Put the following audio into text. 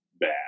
bad